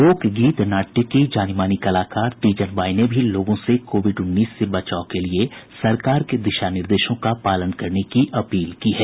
लोकगीत नाट्य की जानी मानी कलाकार तीजन बाई ने भी लोगों से कोविड उन्नीस से बचाव के लिए सरकार के दिशा निर्देशों का पालन करने की अपील की है